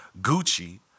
Gucci